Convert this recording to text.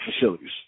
facilities